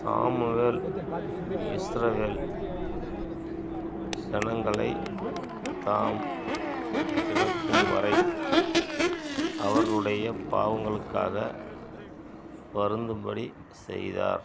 Samuel இஸ்ரவேல் ஜனங்களை தாம் இறக்கும் வரை அவர்களுடைய பாவங்களுக்காக வருந்தும்படி செய்தார்